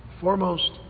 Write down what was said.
foremost